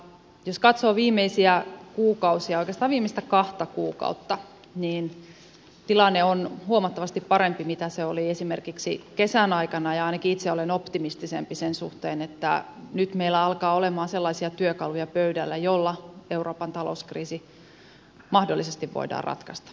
jos katsoo viimeisiä kuukausia oikeastaan viimeistä kahta kuukautta niin tilanne on huomattavasti parempi kuin se oli esimerkiksi kesän aikana ja ainakin itse olen optimistisempi sen suhteen että nyt meillä alkaa olla sellaisia työkaluja pöydällä joilla euroopan talouskriisi mahdollisesti voidaan ratkaista